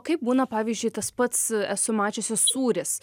kaip būna pavyzdžiui tas pats esu mačiusi sūris